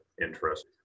interest